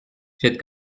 faites